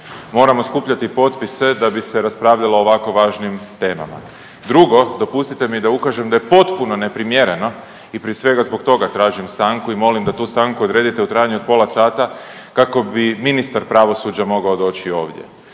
Moramo skupljati potpise da bi se raspravljalo o ovako važnim temama. Drugo dopustite mi da ukažem da je potpuno neprimjereno i prije svega zbog tražim stanku i molim da tu stanku odredite u trajanju od pola sata kako bi ministar pravosuđa mogao doći ovdje.